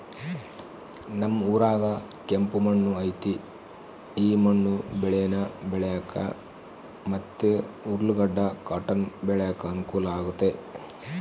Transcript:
ನಮ್ ಊರಾಗ ಕೆಂಪು ಮಣ್ಣು ಐತೆ ಈ ಮಣ್ಣು ಬೇಳೇನ ಬೆಳ್ಯಾಕ ಮತ್ತೆ ಉರ್ಲುಗಡ್ಡ ಕಾಟನ್ ಬೆಳ್ಯಾಕ ಅನುಕೂಲ ಆಗೆತೆ